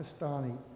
Pakistani